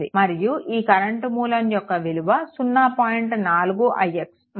మరియు ఈ కరెంట్ మూలం యొక్క విలువ 0